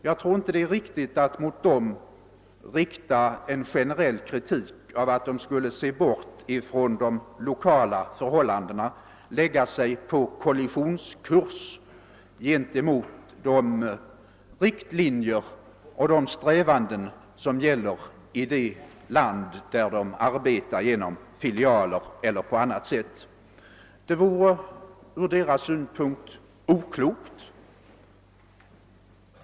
Jag tror inte att det är riktigt att mot dem framställa generell kritik för att de skulle bortse från de lokala förhållandena och lägga sig på kollisionskurs gentemot de riktlinjer som fastställts och de strävanden som gör sig gällande i de länder där de arbetar genom filialer eller på annat sätt. Ett sådant beteende vore ur deras synpunkt oklokt.